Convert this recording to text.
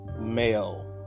male